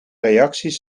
reacties